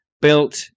built